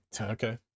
Okay